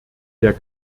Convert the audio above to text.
der